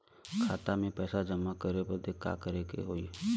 खाता मे पैसा जमा करे बदे का करे के होई?